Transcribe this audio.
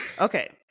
Okay